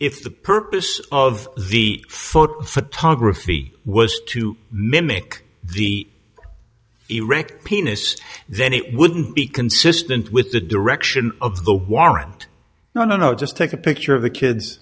if the purpose of the photo photography was to mimic the erect penis then it wouldn't be consistent with the direction of the warrant no no no just take a picture of the kid